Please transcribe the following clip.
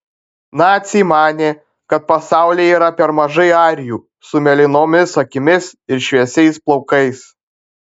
naciai manė kad pasaulyje yra per mažai arijų su mėlynomis akimis ir šviesiais plaukais